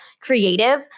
creative